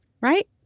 right